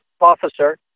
officer